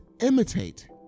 imitate